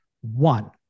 one